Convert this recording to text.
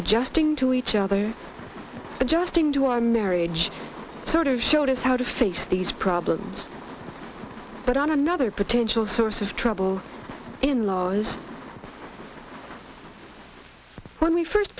adjusting to each other adjusting to our marriage sort of showed us how to face these problems but on another potential source of trouble in laws when we first